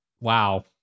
wow